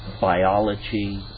biology